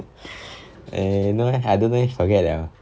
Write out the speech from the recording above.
eh no eh I don't know eh forget liao